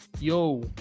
yo